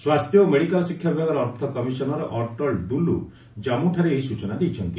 ସ୍ୱାସ୍ଥ୍ୟ ଓ ମେଡିକାଲ ଶିକ୍ଷା ବିଭାଗର ଅର୍ଥ କମିଶନର୍ ଅଟଳ ଡୁଲୁ କମ୍ମୁଠାରେ ଏହି ସୂଚନା ଦେଇଛନ୍ତି